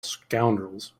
scoundrels